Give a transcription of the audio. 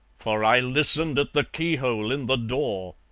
for i listened at the keyhole in the door!